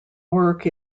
work